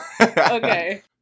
Okay